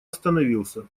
остановился